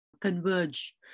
converge